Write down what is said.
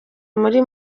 muri